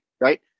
right